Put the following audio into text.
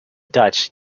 dutch